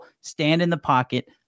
stand-in-the-pocket